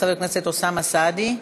חבר הכנסת אוסאמה סעדי.